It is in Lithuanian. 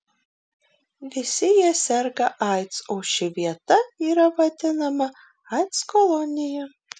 visi jie serga aids o ši vieta yra vadinama aids kolonija